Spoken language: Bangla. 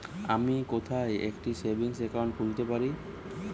আমি কোথায় একটি সেভিংস অ্যাকাউন্ট খুলতে পারি?